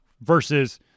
versus